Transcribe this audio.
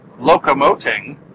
locomoting